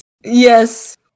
Yes